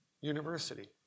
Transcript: University